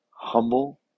humble